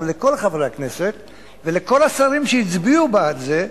אבל לכל חברי הכנסת ולכל השרים שהצביעו בעד זה,